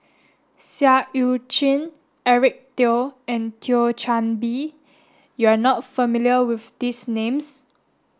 Seah Eu Chin Eric Teo and Thio Chan Bee you are not familiar with these names